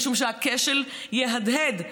משום שהכשל יהדהד.